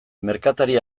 merkatari